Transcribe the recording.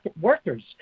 workers